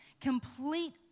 Complete